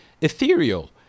ethereal